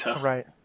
Right